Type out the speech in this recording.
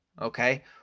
Okay